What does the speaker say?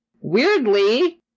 weirdly